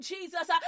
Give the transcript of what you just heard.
Jesus